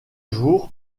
jour